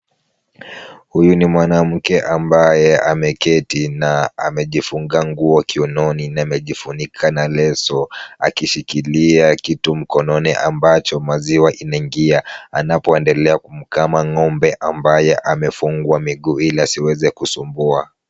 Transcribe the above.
Huyu ni mwanamke ambaye ameketi na amejifunga nguo kiunoni na amejifunika na leso akishikilia kitu mkononi ambacho maziwa inaingia anapoendelea kumkama ng'ombe ambaye amefungwa miguu ili asiweze kusumbua.